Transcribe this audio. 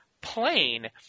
plain